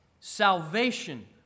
Salvation